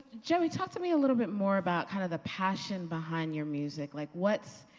joey, talk to me a little bit more about kind of the passion behind your music, like what